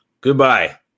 Goodbye